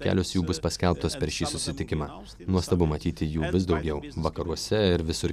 kelios jų bus paskelbtos per šį susitikimą nuostabu matyti jų vis daugiau vakaruose ir visur